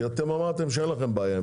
כי אמרתם שאין לכם בעיה.